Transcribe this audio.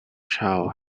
child